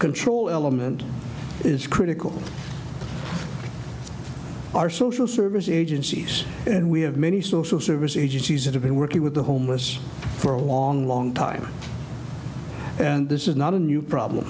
control element is critical to our social service agencies and we have many social service agencies that have been working with the homeless for a long long time and this is not a new problem